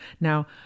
Now